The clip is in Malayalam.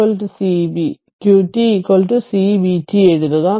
അതിനാൽ qt cvt എഴുതുക